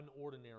unordinary